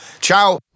Ciao